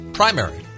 primary